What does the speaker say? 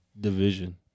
division